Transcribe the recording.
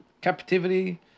captivity